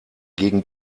gegen